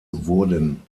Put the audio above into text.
wurden